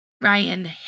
Ryan